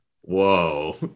Whoa